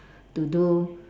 to do